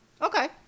Okay